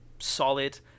solid